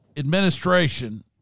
Administration